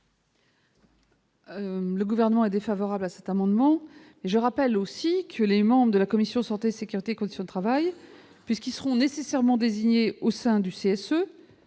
Le gouvernement est défavorable à cet amendement, je rappelle aussi que les membres de la commission santé-sécurité, conditions de travail puisqu'ils seront nécessairement désigné au sein du CSE